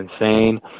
insane